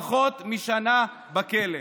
פחות משנה בכלא.